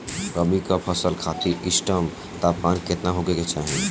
रबी क फसल खातिर इष्टतम तापमान केतना होखे के चाही?